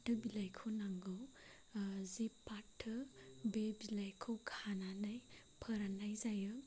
फाथो बिलाइखौ नांगौ जि फाथो बे बिलाइखौ खानानै फोराननाय जायो